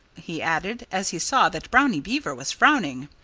he added, as he saw that brownie beaver was frowning,